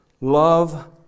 Love